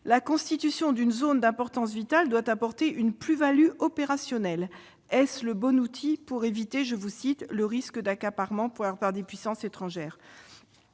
La constitution d'une zone d'importance vitale doit apporter une plus-value opérationnelle. » Est-ce le bon outil pour éviter « le risque d'accaparement par des puissances étrangères »